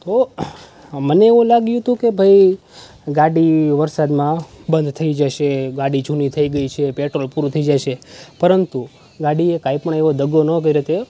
તો મને એવું લાગ્યું હતું કે ભાઈ ગાડી વરસાદમાં બંધ થઈ જશે ગાડી જૂની થઈ ગઈ છે પેટ્રોલ પૂરું થઈ જાશે પરંતુ ગાડીએ કાંઈપણ એવો દગો ન કરે તે